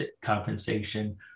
compensation